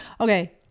Okay